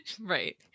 Right